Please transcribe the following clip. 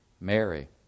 Mary